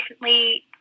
recently